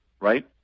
Right